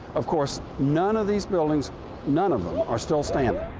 of course, none of these buildings none of them are still standing.